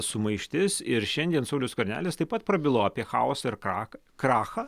sumaištis ir šiandien saulius skvernelis taip pat prabilo apie chaosą ir ką krachą